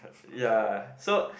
ya so